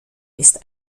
ist